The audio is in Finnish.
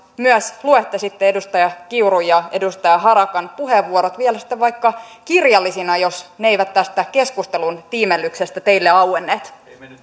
myös luette edustaja kiurun ja edustaja harakan puheenvuorot vielä vaikka kirjallisina jos ne eivät tästä keskustelun tiimellyksestä teille auenneet